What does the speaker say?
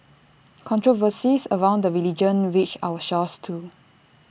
controversies around the religion reached our shores too